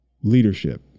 leadership